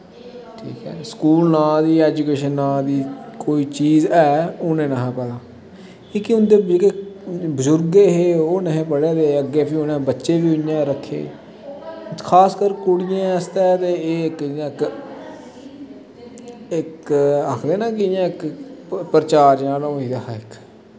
school ना दी education नांऽ दी कोई चीज है उ'नें नेईं हा पता जेह्के उं'दे बचैरे बजुर्ग हे ओह् नेईं हे पढ़े दे उ'नें फ्ही बच्चे बी उ'आं गै रक्खे खासकर कुड़ियें आस्तै ते एह् इक आखदे ना कि इक प्रचार जन होई दा हा इक